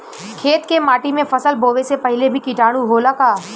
खेत के माटी मे फसल बोवे से पहिले भी किटाणु होला का?